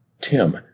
Tim